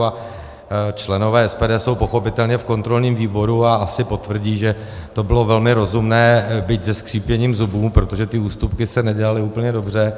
A členové SPD jsou pochopitelně v kontrolním výboru a asi potvrdí, že to bylo velmi rozumné, byť se skřípěním zubů, protože ty ústupky se nedělaly úplně dobře.